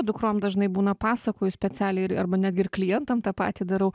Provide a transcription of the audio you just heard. dukrom dažnai būna pasakoju specialiai ir arba netgi ir klientam tą patį darau